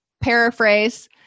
paraphrase